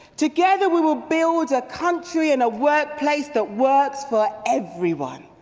together we will build a country and a workplace that works for everyone.